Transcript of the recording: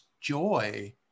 joy